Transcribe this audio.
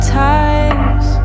times